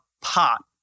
pot